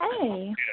Hey